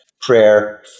prayer